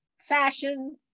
fashion